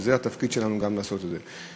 וזה התפקיד שלנו גם לעשות את זה.